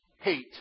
hate